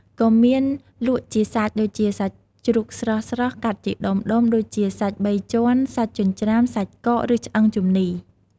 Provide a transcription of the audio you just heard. ក៏មានលក់ជាសាច់ ដូចជាសាច់ជ្រូកស្រស់ៗ កាត់ជាដុំៗ ដូចជា សាច់បីជាន់ សាច់ចិញ្ច្រាំ សាច់កក ឬឆ្អឹងជំនីរ។